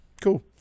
cool